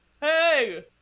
Hey